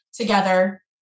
together